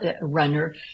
runner